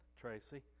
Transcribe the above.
tracy